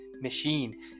machine